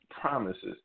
promises